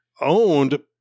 owned